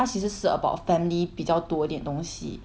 他其实是 about family 比较多一点东西